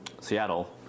Seattle